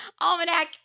Almanac